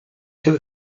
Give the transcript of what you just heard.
too